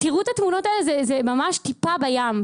תראו את התמונות האלה, זה ממש טיפה בים.